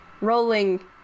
rolling